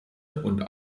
und